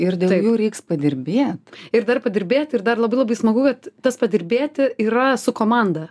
ir daugiau reiks padirbėt ir dar padirbėt ir dar labai labai smagu kad tas padirbėti yra su komanda